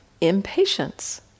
impatience